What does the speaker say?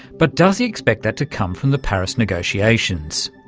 but does he expect that to come from the paris negotiations?